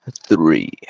three